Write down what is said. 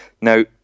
Now